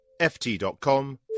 ft.com